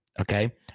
okay